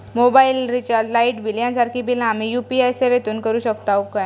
Mobile recharge, light bill यांसारखी बिला आम्ही यू.पी.आय सेवेतून करू शकतू काय?